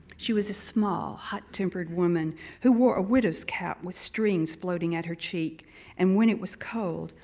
she was a small, hot-tempered woman who wore a widow's cap with strings floating at her cheek and when it was cold,